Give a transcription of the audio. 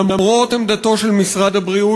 למרות עמדתו של משרד הבריאות,